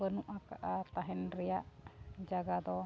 ᱵᱟᱹᱱᱩᱜ ᱟᱠᱟᱫᱼᱟ ᱛᱟᱦᱮᱱ ᱨᱮᱭᱟᱜ ᱡᱟᱭᱜᱟ ᱫᱚ